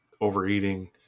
overeating